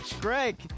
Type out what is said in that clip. Greg